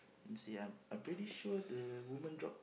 let's see uh I'm pretty sure the women drop